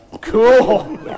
Cool